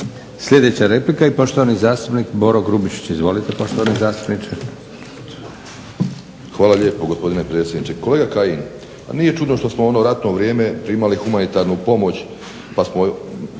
Sljedeća replika i poštovani zastupnik Boro Grubišić. Izvolite poštovani zastupniče. **Grubišić, Boro (HDSSB)** Hvala lijepo gospodine predsjedniče. Kolega Kajin pa nije čudo što smo u ono ratno vrijeme primali humanitarnu pomoć pa smo